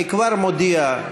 אני כבר מודיע,